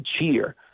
cheer